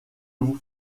vous